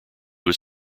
was